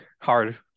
hard